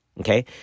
Okay